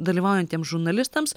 dalyvaujantiems žurnalistams